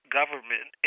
government